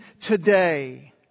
today